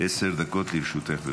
עשר דקות לרשותך.